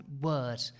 word